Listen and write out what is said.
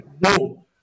No